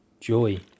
joy